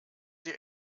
sie